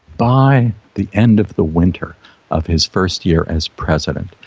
by the end of the winter of his first year as president,